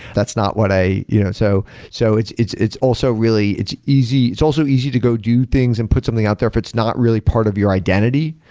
that's not what i you know so so it's it's also really it's easy it's also easy to go do things and put something out there if it's not really part of your identity.